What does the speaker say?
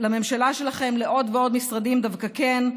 אבל לממשלה שלכם לעוד ועוד משרדים דווקא כן.